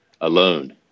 alone